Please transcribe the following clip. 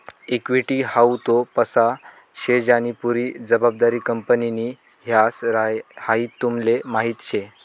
equity हाऊ तो पैसा शे ज्यानी पुरी जबाबदारी कंपनीनि ह्रास, हाई तुमले माहीत शे